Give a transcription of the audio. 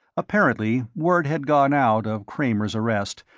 apparently word had gone out of kramer's arrest,